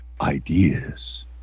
ideas